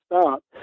start